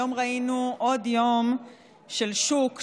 היום ראינו עוד יום של שוק,